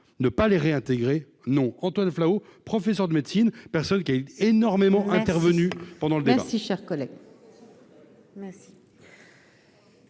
ne pas les réintégrer non Antoine Flahault, professeur de médecine, personne qui a eu énormément intervenu pendant le débat si cher collègue.